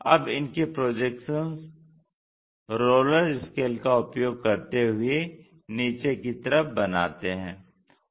अब इनके projection roller scale का उपयोग करते हुए नीचे की तरफ बनाते हैं